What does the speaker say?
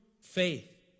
faith